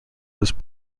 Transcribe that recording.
was